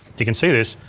you can see this.